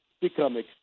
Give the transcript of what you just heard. become